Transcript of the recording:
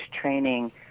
training